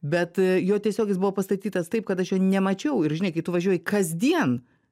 bet jo tiesiog jis buvo pastatytas taip kad aš jo nemačiau ir žinai kai tu važiuoji kasdien